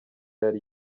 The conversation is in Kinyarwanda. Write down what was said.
yari